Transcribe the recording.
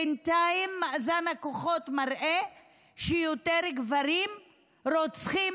בינתיים מאזן הכוחות מראה שיותר גברים רוצחים